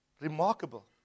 remarkable